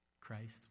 Christ